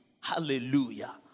Hallelujah